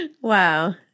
Wow